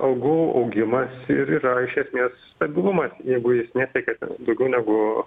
algų augimas ir yra iš esmės stabilumas jeigu jis nesiekia ten daugiau negu